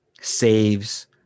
saves